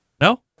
No